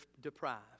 deprived